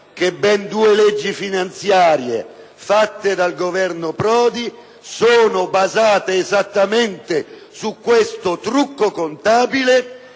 che ben due leggi finanziarie del Governo Prodi si sono basate esattamente su questo trucco contabile: